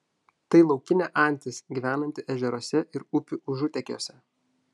tai laukinė antis gyvenanti ežeruose ir upių užutėkiuose